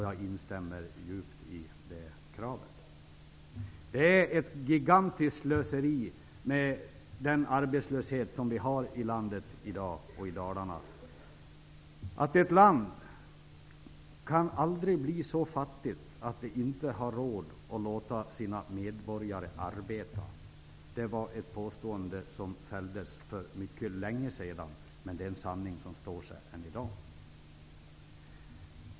Jag instämmer djupt i detta krav. Det är ett gigantiskt slöseri med den arbetslöshet som vi i dag har i landet och i Dalarna. Ett land kan aldrig bli så fattigt att det inte har råd att låta sina medborgare arbeta. Det var ett påstående som fälldes för mycket länge sedan, men det är en sanning som står sig än i dag.